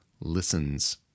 listens